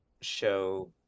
show